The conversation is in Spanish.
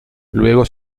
luego